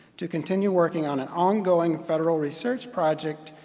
to continue working on an ongoing federal research project,